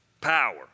power